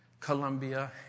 Colombia